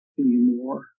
anymore